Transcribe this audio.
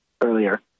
earlier